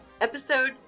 episode